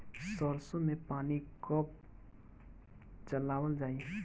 सरसो में पानी कब चलावल जाई?